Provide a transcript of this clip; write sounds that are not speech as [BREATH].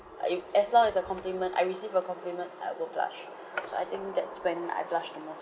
uh you as long as a compliment I receive a compliment I will blush [BREATH] so I think that's when I blush the most